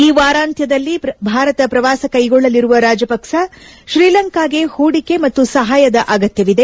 ಈ ವಾರಾಂತ್ಯದಲ್ಲಿ ಭಾರತ ಪ್ರವಾಸ ಕೈಗೊಳ್ಳಲಿರುವ ರಾಜಪಕ್ಕ ಶ್ರೀಲಂಕಾಗೆ ಹೂಡಿಕೆ ಮತ್ತು ಸಹಾಯ ಅಗತ್ಯವಿದೆ